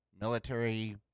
Military